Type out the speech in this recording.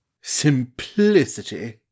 Simplicity